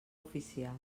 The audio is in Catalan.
oficial